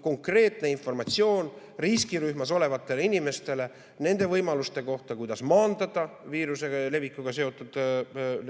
konkreetne informatsioon riskirühmas olevatele inimestele nende võimaluste kohta, kuidas maandada viiruse levikuga